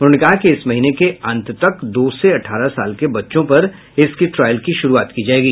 उन्होंने कहा कि इस महीने के अंत तक दो से अठारह साल के बच्चों पर इसके ट्रायल की शुरूआत की जायेगी